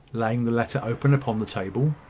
laying the letter open upon the table.